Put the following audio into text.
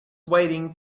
waiting